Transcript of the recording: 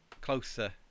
closer